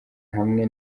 hamwe